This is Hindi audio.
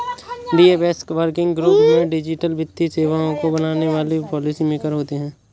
डी.एफ.एस वर्किंग ग्रुप में डिजिटल वित्तीय सेवाओं को बनाने वाले पॉलिसी मेकर होते हैं